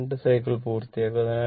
ഇത് 2 സൈക്കിൾ പൂർത്തിയാക്കും